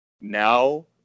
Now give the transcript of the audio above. now